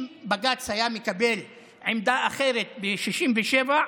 אם בג"ץ היה מקבל עמדה אחרת ב-67',